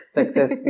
Success